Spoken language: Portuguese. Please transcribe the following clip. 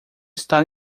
está